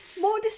more